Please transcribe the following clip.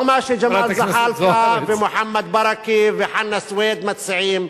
וללכת בעקבות לא מה שג'מאל זחאלקה ומוחמד ברכה וחנה סוייד מציעים,